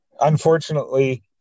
Unfortunately